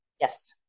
Yes